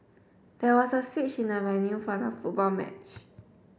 there was a switch in the venue for the football match